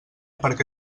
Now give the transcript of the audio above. perquè